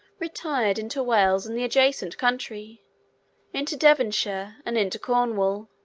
retired into wales and the adjacent country into devonshire, and into cornwall.